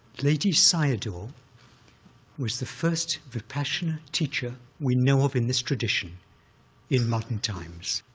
ledi sayadaw was the first vipassana teacher we know of in this tradition in modern times.